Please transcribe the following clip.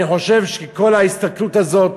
אני חושב שכל ההסתכלות הזאת